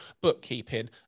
bookkeeping